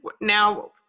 Now